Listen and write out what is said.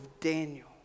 Daniel